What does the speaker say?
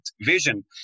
vision